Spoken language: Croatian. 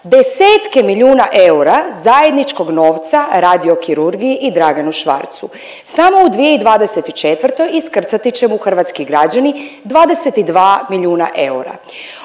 desetke milijuna eura zajedničkog novca RAdiokirurgiji i Draganu Švarcu. Samo u 2024. iskrcati će mu hrvatski građani 22 milijuna eura.